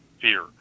fear